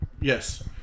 Yes